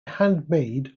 handmade